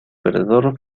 perdedor